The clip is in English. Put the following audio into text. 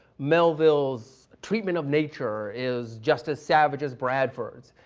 melville's treatment of nature is just as savage as bradford's,